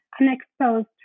unexposed